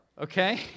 Okay